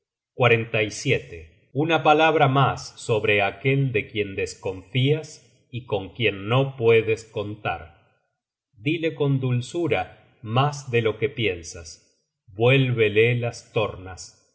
disimulo por astucia una palabra mas sobre aquel de quien desconfias y con quien no puedes contar dile con dulzura mas de lo que piensas vuélvele las tornas